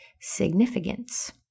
significance